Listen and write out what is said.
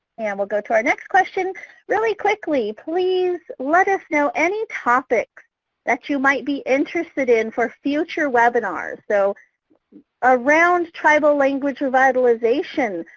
and we'll go to our next question really quickly. please let us know any topics that you might be interested in for future webinars? so around tribal language revitalization,